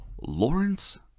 Lawrence